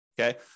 Okay